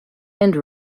and